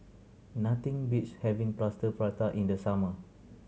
nothing beats having Plaster Prata in the summer